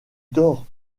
tort